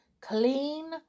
clean